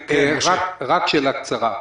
שאלה קצרה: